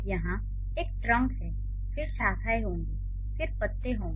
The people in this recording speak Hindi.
यहां एक ट्रंक है फिर शाखाएं होंगी फिर पत्ते होंगे